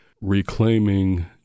Reclaiming